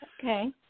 Okay